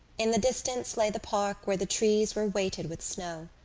in the distance lay the park where the trees were weighted with snow.